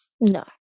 No